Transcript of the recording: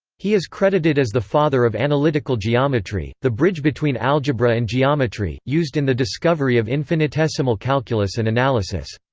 he is credited as the father of analytical geometry, geometry, the bridge between algebra and geometry, used in the discovery of infinitesimal calculus and analysis.